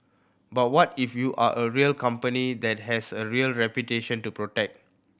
but what if you are a real company that has a real reputation to protect